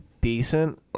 decent